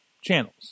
channels